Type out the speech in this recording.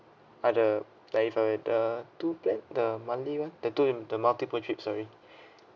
ah the like if I uh two plan the monthly one the two in the multiple trip sorry